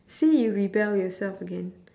see you rebel yourself again